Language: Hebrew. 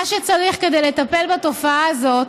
מה שצריך כדי לטפל בתופעה הזאת